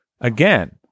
again